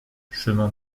chemin